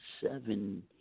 seven